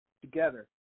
together